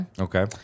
Okay